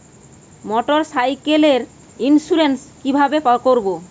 মোটরসাইকেলের ইন্সুরেন্স কিভাবে করব?